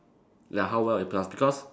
like how well you pass because